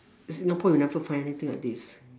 singapore you never find anything like this